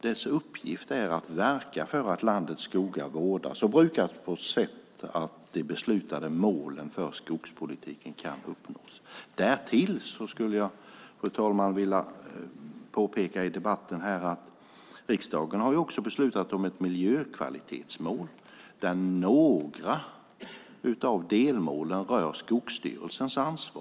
Dess uppgift är att verka för att landets skogar vårdas och brukas på ett sådant sätt att de beslutade målen för skogspolitiken kan uppnås. Därtill vill jag här i debatten påpeka att riksdagen också har beslutat om ett miljökvalitetsmål där några av delmålen rör Skogsstyrelsens ansvar.